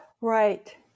Right